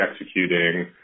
executing